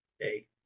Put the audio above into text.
Hey